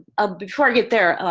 ah before i get there,